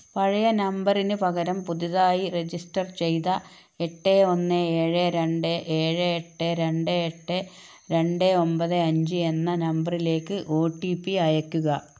പഴയ നമ്പറിന് പകരം പുതുതായി രജിസ്റ്റർ ചെയ്ത എട്ട് ഒന്ന് ഏഴ് രണ്ട് ഏഴ് എട്ട് രണ്ട് എട്ട് രണ്ട് ഒമ്പത് അഞ്ച് എന്ന നമ്പറിലേക്ക് ഒ ടി പി അയയ്ക്കുക